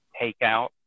takeout